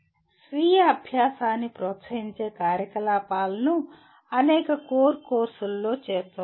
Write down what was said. స్వీయ అభ్యాసాన్ని ప్రోత్సహించే కార్యకలాపాలను అనేక కోర్ కోర్సులలో చేర్చవచ్చు